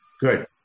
Good